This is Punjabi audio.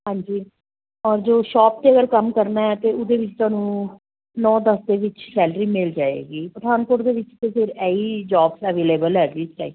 ਹਾਂਜੀ ਔਰ ਜੋ ਸ਼ਾਪ 'ਤੇ ਅਗਰ ਕੰਮ ਕਰਨਾ ਹੈ ਤਾਂ ਉਹਦੇ ਵਿੱਚ ਤੁਹਾਨੂੰ ਨੌਂ ਦਸ ਦੇ ਵਿੱਚ ਸੈਲਰੀ ਮਿਲ ਜਾਏਗੀ ਪਠਾਨਕੋਟ ਦੇ ਵਿੱਚ ਅਤੇ ਫਿਰ ਇਹ ਹੀ ਜੋਬਸ ਅਵੇਲੇਬਲ ਹੈਗੀ ਇਸ ਟਾਈਮ